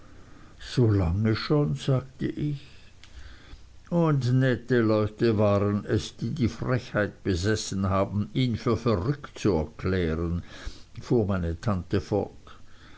solange schon sagte ich und nette leute waren es die die frechheit besessen haben ihn für verrückt zu erklären fuhr meine tante fort